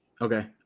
Okay